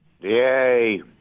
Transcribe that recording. Yay